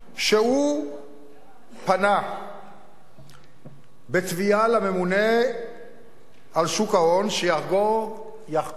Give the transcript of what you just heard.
שפנה בתביעה לממונה על שוק ההון שיחקור